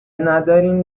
ندارین